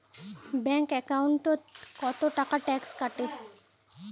Bank একাউন্টত কতো টাকা ট্যাক্স কাটে?